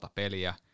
peliä